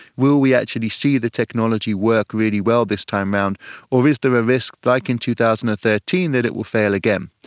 will we actually see the technology work really well this time around or is there a risk, like in two thousand and thirteen, that it will fail again?